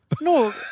No